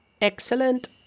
Excellent